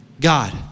God